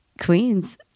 queens